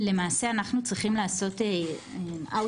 למעשה אנחנו צריכים לעשות outreach,